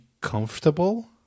comfortable